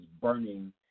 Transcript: burning